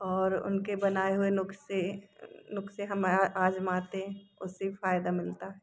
और उनके बनाए हुए नुस्क़े नुस्क़े हम आज़माते उससे भी फ़ायदा मिलता है